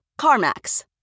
CarMax